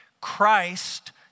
Christ